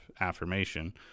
affirmation